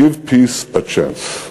Give peace a chance.